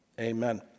Amen